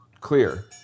clear